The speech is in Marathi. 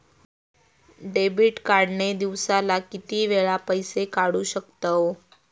डेबिट कार्ड ने दिवसाला किती वेळा पैसे काढू शकतव?